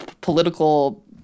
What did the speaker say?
political